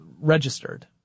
registered